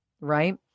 right